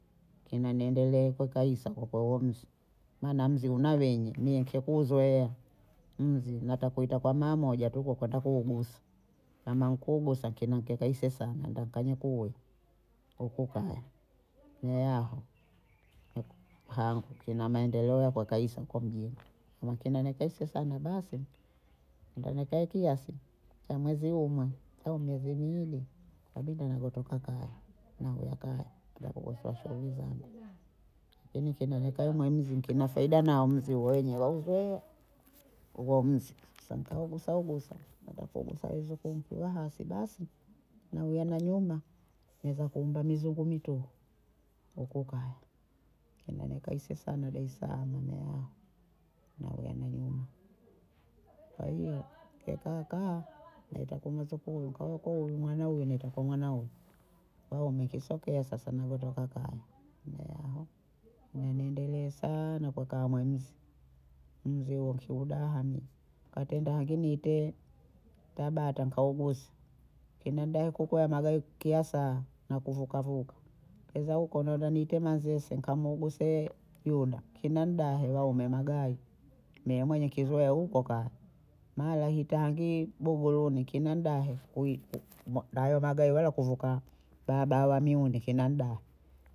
Kena niendelee mpaka hisa wakuu huo mzi maana mzi una wenye, mie nkikuzoea mzi natakuita kwa mama waja tu kukota hugusi, kama nkubu sante nanke kahise sana nenda nkanye kuwi huku kaya ne aho ni- ha tinamaendeleo yakakwahisa huko mjini, mkinenekese sana basi ndenekae kiasi cha mwezi humwe au miezi miwili, kabinda nakotoka kaya nauya kaya kuja kugosowa shughuli zangu, lakini kiendaga kaya mwe mzi nkina faida na uwo mzi wenye wauzoea, huo mzi sa nkaugusa ugusa nenda kuugusa wezuku nkulahasi basi nauya nanyoma naeza kuunda mizungu mituhu huku kaya, kenda nikaisi sana daesaama neaha na uwene nyuma, kwa hiyo nkekaa kaa naita kwa mwezikuu huyu kwaokuyu mwana huyu naeta kwa mwana huyu kwa hiyo mekisokea sasa navyotoka kaya ne aho, ne nendelee saaana kukaa mwe mzi mzee wa kishuhudaha mie, katenda hange niite tabata nkauguzi nkinenda hukoko haya magayi kiya saa nakuvuka Vuka, keza huko naona niite manzese nkamuuguse yuda kina mdahe waome magayi, mie mwenye kizoea huko kaya mara itangi bovuluni kinenda ahe ku- kui- ku na hayo magayi wala kuvuka barabara ya mihuni sina mdaha